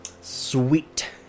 Sweet